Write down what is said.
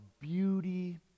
beauty